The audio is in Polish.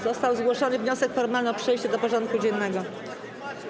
Został zgłoszony wniosek formalny o przejście do porządku dziennego.